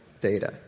data